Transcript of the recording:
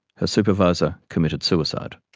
her supervisor committed suicide,